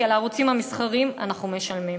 כי על הערוצים המסחריים אנחנו משלמים.